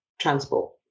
transport